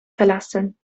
verlassen